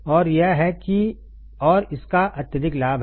और यह है कि और इसका अत्यधिक लाभ है